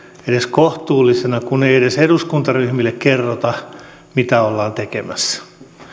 edes kohtuullisena kun ei edes eduskuntaryhmille kerrota mitä ollaan tekemässä